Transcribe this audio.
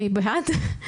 מי בעד?